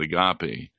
agape